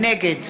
נגד